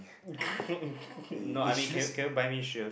no I mean can can you buy me shoes